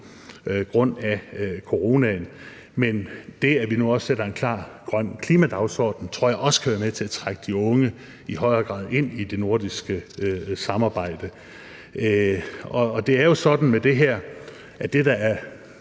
grund af corona. Men det, at vi nu også sætter en klar grøn klimadagsorden, tror jeg også kan være med til i højere grad at trække de unge ind i det nordiske samarbejde. Det er jo sådan, at det, der